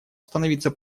становиться